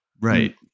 Right